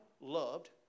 loved